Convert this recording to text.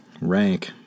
rank